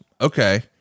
okay